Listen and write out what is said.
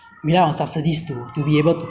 the healthcare system better